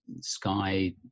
Sky